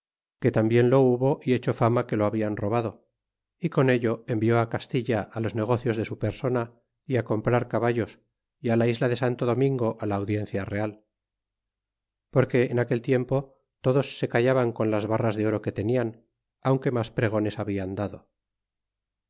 que tambien lo hubo y echó fama que lo hablan robado y con ello envió castilla los negocios de su persona y comprar caballos y la isla de santo domingo la audiencia real porque en aquel tiempo todos se callaban con las barras de oro que tenian aunque mas pregones habian dado